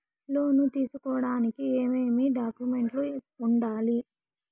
లోను తీసుకోడానికి ఏమేమి డాక్యుమెంట్లు ఉండాలి